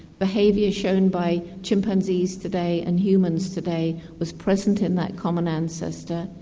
behaviour shown by chimpanzees today and humans today was present in that common ancestor,